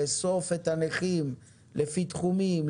לאסוף את הנכים לפי תחומים,